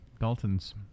Dalton's